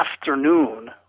afternoon